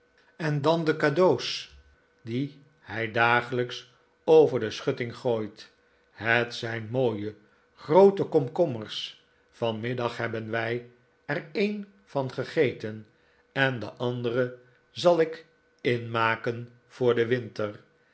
en dan de cadeaux die hij dagelijks over de schutting gooit het zijn mooie groote komkommers vanmiddag hebben wij er een van gegeten en de anuli twtm nikola as nickleby dere zal ik inmaken voor den winter